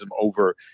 over